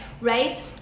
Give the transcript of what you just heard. right